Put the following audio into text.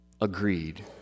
agreed